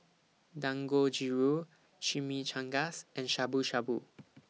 Dangojiru Chimichangas and Shabu Shabu